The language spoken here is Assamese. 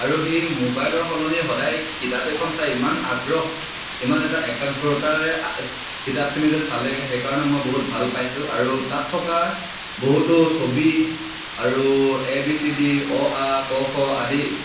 আৰু সেই মোবাইলৰ সলনি সদায় কিতাপ এখন চাই ইমান আগ্ৰহ ইমান এটা একাগ্ৰতাৰে কিতাপখিনি যে চালে সেইকাৰণে মই বহুত ভাল পাইছোঁ আৰু তাত থকা বহুতো ছবি আৰু এ বি চি ডি অ আ ক খ আদি